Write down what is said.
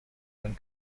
when